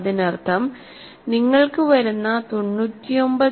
അതിനർത്ഥം നിങ്ങൾക്ക് വരുന്ന 99